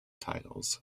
titles